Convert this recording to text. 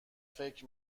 فکر